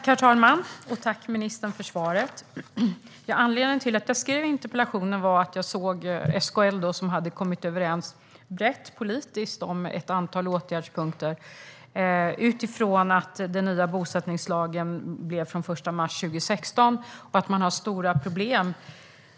Herr talman! Tack, ministern, för svaret! Anledningen till att jag skrev interpellationen var att jag såg att SKL hade kommit överens brett politiskt om ett antal åtgärdspunkter utifrån den nya bosättningslagen från den 1 mars 2016 och att man har stora problem.